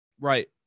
Right